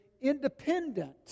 independent